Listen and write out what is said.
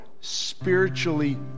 spiritually